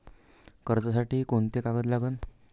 कर्जसाठी कोंते कागद लागन?